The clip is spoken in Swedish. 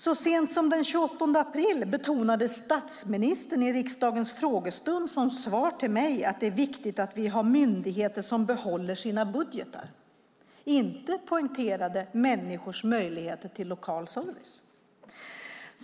Så sent som den 28 april betonade statsministern under riksdagens frågestund i ett svar till mig att det är viktigt att vi har myndigheter som håller sina budgetar. Människors möjligheter till lokal service poängterades inte.